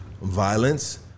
violence